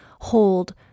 hold